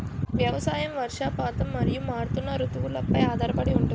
వ్యవసాయం వర్షపాతం మరియు మారుతున్న రుతువులపై ఆధారపడి ఉంటుంది